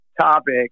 topic